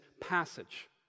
passage